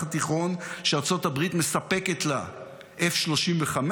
התיכון שארצות הברית מספקת לה F-35,